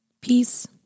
Peace